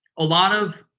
a lot of.